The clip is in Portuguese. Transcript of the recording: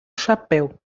chapéu